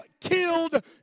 killed